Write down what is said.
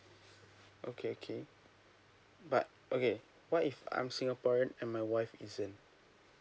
okay okay but okay what if I'm singaporean and my wife isn't